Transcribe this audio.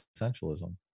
essentialism